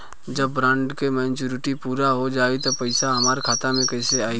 जब बॉन्ड के मेचूरिटि पूरा हो जायी त पईसा हमरा खाता मे कैसे आई?